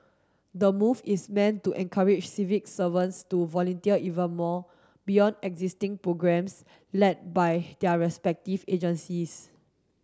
the move is meant to encourage civic servants to volunteer even more beyond existing programmes led by their respective agencies